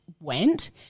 went